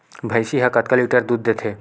भंइसी हा कतका लीटर दूध देथे?